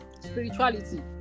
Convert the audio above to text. spirituality